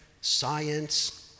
science